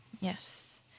Yes